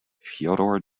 fyodor